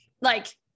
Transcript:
like-